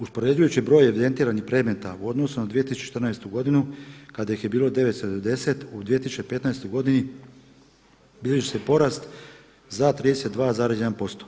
Uspoređujući broj evidentiranih predmeta u odnosu na 2014. godinu kada ih je bilo 990, u 2015. godini bilježi se porast za 32,1%